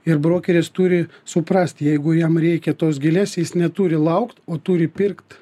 ir brokeris turi suprasti jeigu jam reikia tos gėlės jis neturi laukt o turi pirkt